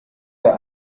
der